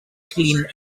clean